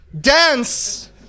Dance